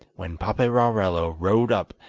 when paperarello rode up,